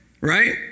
right